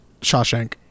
Shawshank